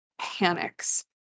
panics